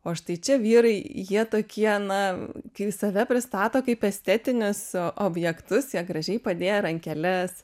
o štai čia vyrai jie tokie na kaip save pristato kaip estetinius objektus jie gražiai padėję rankeles